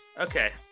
Okay